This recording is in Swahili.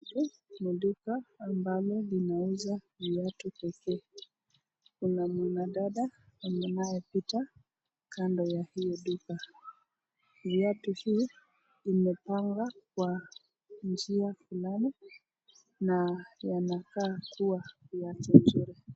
Hii ni duka ambayo linauzwa viatu pekee, kuna mdada anayepita kando ya hiyo duka, viatu hii imepangwa kwa njia fulani na yanakaa kuwa ni ya chechere.